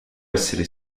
essere